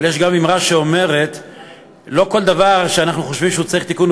אבל יש גם אמרה שלא כל דבר שאנחנו חושבים שהוא צריך תיקון,